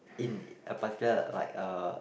in a particular like uh